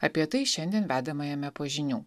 apie tai šiandien vedamajame po žinių